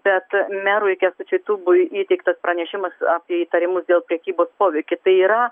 bet merui kęstučiui tubui įteiktas pranešimas apie įtarimus dėl prekybos poveikiu tai yra